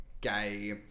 gay